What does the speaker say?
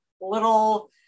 little